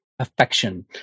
Affection